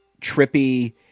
trippy